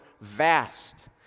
vast